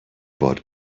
bought